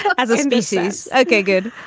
so as a species. ok, good.